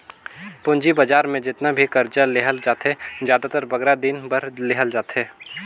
पूंजी बजार में जेतना भी करजा लेहल जाथे, जादातर बगरा दिन बर लेहल जाथे